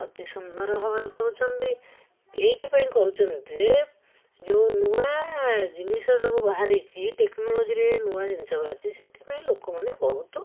ଅତି ସୁନ୍ଦର ଭାବରେ କରୁଛନ୍ତି ଏଇଥିପାଇଁ କରୁଛନ୍ତି ଯେ ଯେଉଁ ନୂଆ ଜିନିଷ ସବୁ ବାହାରିଛି ଟେକ୍ନୋଲଜିରେ ନୂଆ ଜିନିଷ ବାହାରିଛି ସେଥିପାଇଁ ଲୋକମାନେ ବହୁତ